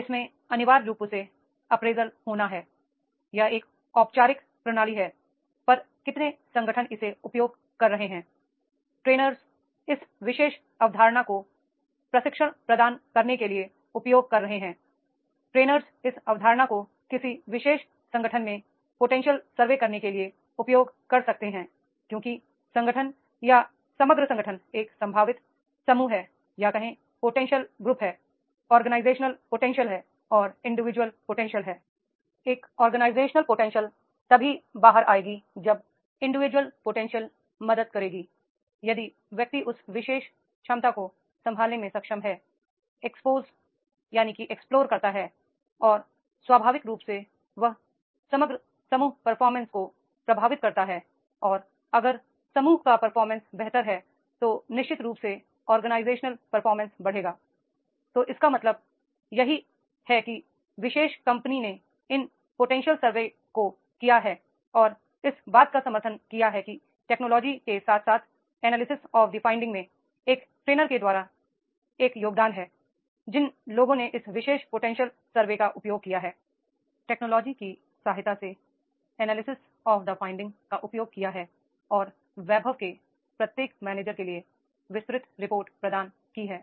इसमें अनिवार्य रूप से अप्रेजल होना है यह एक औपचारिक प्रणाली है पर कितने संगठन इसे उपयोग कर रहे हैंI ट्रेनर्स इस विशेष अवधारणा को प्रशिक्षण प्रदान करने के लिए उपयोग कर सकते हैं ट्रेनर्स इस अवधारणा को किसी विशेष संगठन में पोटेंशियल सर्वे करने के लिए उपयोग कर सकते हैं क्योंकि संगठन या समग्र संगठन एक संभावित समूह है या कहें पोटेंशियल ग्रुप है ऑर्गेनाइजेशनल पोटेंशियल है और इंडिविजुअल पोटेंशियल हैI एक ऑर्गेनाइजेशनल पोटेंशियल तभी बाहर आएगी जब इंडिविजुअल पोटेंशियल मदद करेगी यदि व्यक्ति उस विशेष क्षमता को संभालने में सक्षम है एक्स फ्लोर करता है और स्वाभाविक रूप से वह समग्र ग्रुप परफॉर्मेंस को प्रभावित करता है और अगर समूह का परफॉर्मेंस बेहतर है तो निश्चित रूप से ऑर्गेनाइजेशन परफॉर्मेंस बढ़ेगा तो इसका मत यही है की इन विशेष कंपनी ने इन पोटेंशियल सर्वे को किया और इस बात का समर्थन किया कि टेक्नोलॉजी के साथ साथ analysis of the finding में एक ट्रेनर के द्वारा एक योगदान है जिन लोगों ने इस विशेष पोटेंशियल सर्वे का उपयोग किया हैi टेक्नोलॉजी की सहायता से analysis of the finding का उपयोग किया है और वैभव में प्रत्येक मैनेजर के लिए विस्तृत रिपोर्ट प्रदान करते हैं